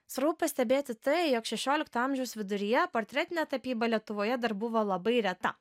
svarbu pastebėti tai jog šešiolikto amžiaus viduryje portretinė tapyba lietuvoje dar buvo labai reta